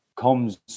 comes